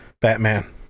Batman